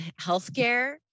healthcare